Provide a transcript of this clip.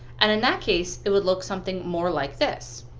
and in that case it would look something more like this.